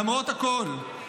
למרות הכול,